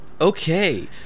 Okay